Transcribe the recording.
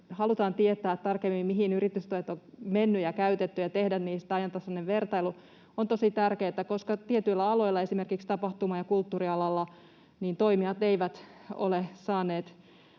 halutaan tietää tarkemmin, mihin yritystuet ovat menneet ja mihin ne on käytetty, ja että tehdään niistä ajantasainen vertailu — on tosi tärkeätä, koska tietyillä aloilla, esimerkiksi tapahtuma- ja kulttuurialalla, toimijat eivät ole saaneet